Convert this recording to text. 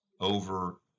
over